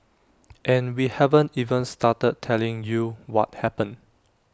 and we haven't even started telling you what happened